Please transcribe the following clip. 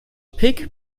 pig